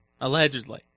Allegedly